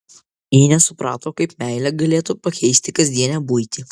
ji nesuprato kaip meilė galėtų pakeisti kasdienę buitį